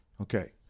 Okay